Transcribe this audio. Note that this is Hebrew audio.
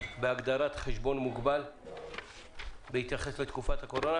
בהגדרת חשבון מוגבל בהתייחס לתקופת הקורונה.